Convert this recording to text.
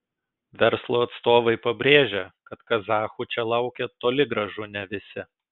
verslo atstovai pabrėžia kad kazachų čia laukia toli gražu ne visi